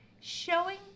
showing